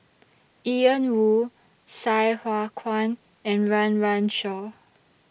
Ian Woo Sai Hua Kuan and Run Run Shaw